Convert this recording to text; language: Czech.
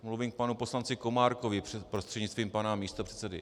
Mluvím k panu poslanci Komárkovi, prostřednictvím pana místopředsedy.